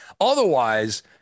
Otherwise